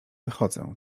wychodzę